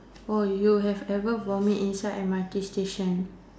oh you have ever vomit inside M_R_T station